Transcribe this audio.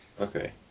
Okay